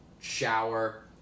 shower